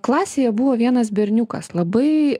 klasėje buvo vienas berniukas labai